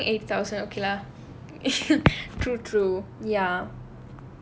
you have your paying eight thousand okay lah true true ya